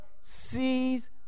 sees